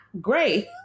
great